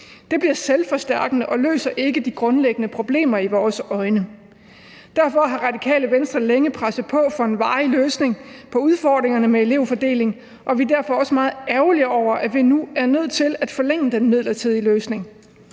vores øjne selvforstærkende og løser ikke de grundlæggende problemer. Derfor har Radikale Venstre længe presset på for at få en varig løsning på udfordringerne med elevfordeling, og vi er derfor også meget ærgerlige over, at vi nu er nødt til at forlænge den midlertidige løsning.